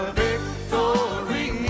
victory